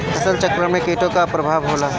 फसल चक्रण में कीटो का का परभाव होला?